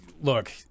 Look